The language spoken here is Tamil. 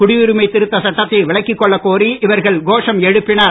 குடியுரிமை திருத்த சட்டத்தை விலக்கிக் கொள்ளக் கோரி இவர்கள் கோஷம் எழுப்பினர்